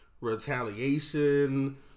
retaliation